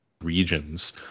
regions